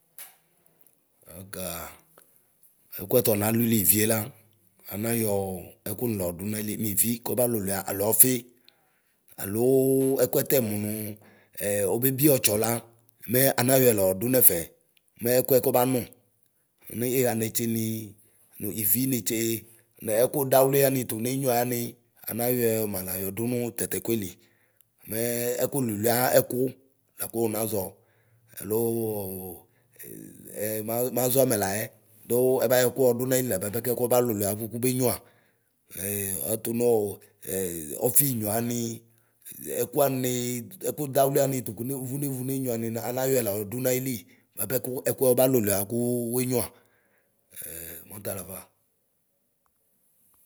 Ɔka ɛkuɛ tɔna luiviela anɛyɔɔ ɛku nɔdu nayili nivi kɔba luluia aloɔfɔ aloo ɛkuɛ tɛnunu ɛ obebiɔtsɔla mɛ anayɔɛ la ɔɔdu nɛfɛ mɛɛkuɛ kɔba nu nu iɣanetse ni nivinetse nɛkudawliani tu nenyuia aani anaa yɔma la ɔdunu tatɛkuɛli. Mɛɛ ɛkululuia ɛku laku unaʒɔ alo ɔɔ ee ɛ ɛmaʒo. Maʒɔ amɛlaɛ du ɛbayɔ ɛku ɔdu nayili la bapɛ kɔka lulia kuku benyuia. Ɛ ɔdu nɔɔ e ɔfinyuiaani, e ɛkuani tutuɛ Ku dawliani tuku nevu nevu nenyuiaani nanayɔɛ laɔdu nayili Ku ɛkuɛ ɔba luluia kuu wue nyuia ɛ mɔtalafa.